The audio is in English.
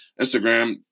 Instagram